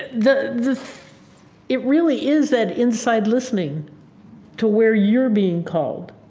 the the it really is that inside listening to where you're being called.